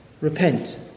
repent